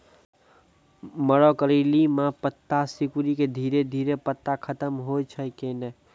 मरो करैली म पत्ता सिकुड़ी के धीरे धीरे पत्ता खत्म होय छै कैनै?